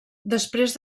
després